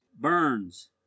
Burns